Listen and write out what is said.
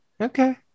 Okay